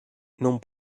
non